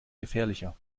gefährlicher